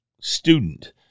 student